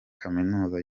kaminuza